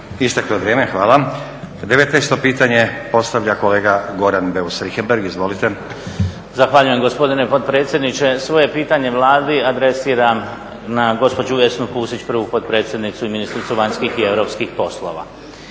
Isteklo je vrijeme, hvala. 19. pitanje postavlja kolega Goran Beus Richembergh. Izvolite. **Beus Richembergh, Goran (HNS)** Zahvaljujem gospodine potpredsjedniče. Svoje pitanje Vladi adresiram na gospođu Vesnu Pusić, prvu potpredsjednicu i ministricu vanjskih i europskih poslova.